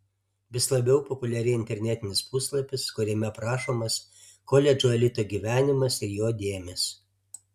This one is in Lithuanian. vis labiau populiarėja internetinis puslapis kuriame aprašomas koledžo elito gyvenimas ir jo dėmės